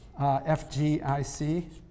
FGIC